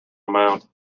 amount